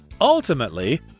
Ultimately